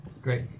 Great